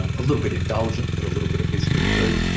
um a little bit indulgent but a little bit of history too.